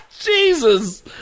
Jesus